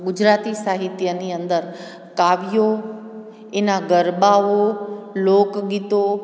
ગુજરાતી સાહિત્યની અંદર કાવ્યો એના ગરબાઓ લોકગીતો